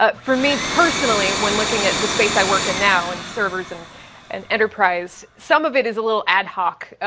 ah for me personally, when looking at the space i work in now and servers and and enterprise, some of it is a little ad hoc.